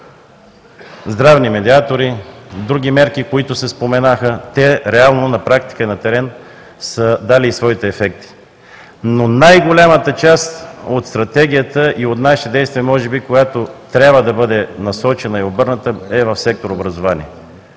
здравни медиатори, други мерки, които се споменаха. Те реално на практика на терен са дали своите ефекти, но най-голямата част от Стратегията и от нашите действия, която трябва да бъде насочена и обърната, е в сектор „Образование“.